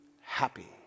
happy